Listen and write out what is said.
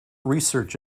research